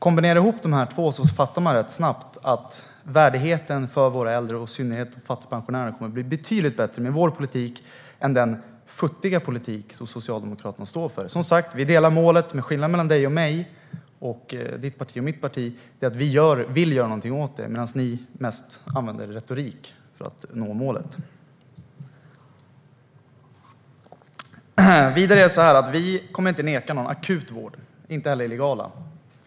Kombinerar man de här två åtgärderna fattar man rätt snabbt att värdigheten för våra äldre och i synnerhet fattigpensionärerna kommer att bli betydligt bättre med vår politik än med den futtiga politik som Socialdemokraterna står för. Som sagt delar vi uppfattning om målet, men skillnaden mellan dig och mig och mellan ditt parti och mitt parti är att vi vill göra någonting åt det här, medan ni mest använder er retorik för att försöka nå målet. Vidare är det så att vi inte kommer att neka någon akut vård, inte heller illegala.